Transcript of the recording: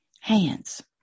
hands